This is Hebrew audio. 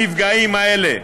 הנפגעים האלה,